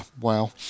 wow